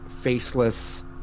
faceless